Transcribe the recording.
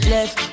Left